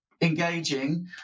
engaging